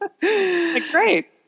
Great